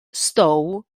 stow